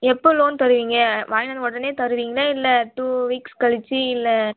எப்போ லோன் தருவீங்க வாங்கிட்டு வந்து உடனே தருவீங்களா இல்லை டூ வீக்ஸ் கழிச்சு இல்லை